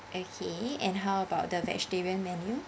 okay and how about the vegetarian menu